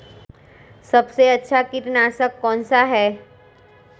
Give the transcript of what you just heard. सबसे अच्छा कीटनाशक कौनसा है?